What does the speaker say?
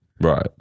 right